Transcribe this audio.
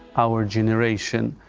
our generation,